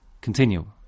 continue